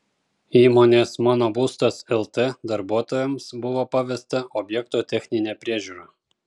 įmonės mano būstas lt darbuotojams buvo pavesta objekto techninė priežiūra